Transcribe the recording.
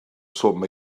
swm